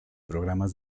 programas